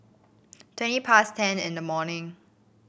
twenty past ten in the morning